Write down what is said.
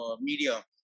media